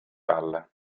palla